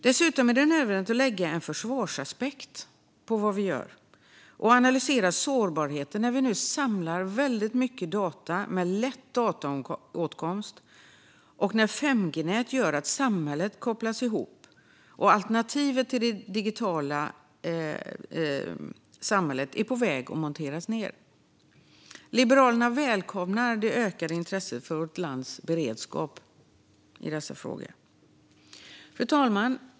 Dessutom är det nödvändigt att lägga en försvarsaspekt på det vi gör och analysera sårbarheten när vi nu samlar väldigt mycket data med lätt dataåtkomst, när 5G-nät gör att samhället kopplas ihop och när alternativen till det digitala är på väg att monteras ned. Liberalerna välkomnar det ökade intresset för vårt lands beredskap i dessa frågor. Fru talman!